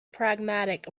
pragmatic